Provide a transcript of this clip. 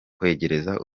kwegereza